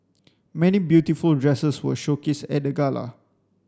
many beautiful dresses were showcased at the gala